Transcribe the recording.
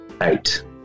eight